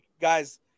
guys